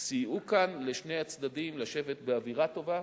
סייעו כאן לשני הצדדים לשבת באווירה טובה,